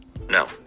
no